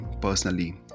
personally